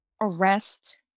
arrest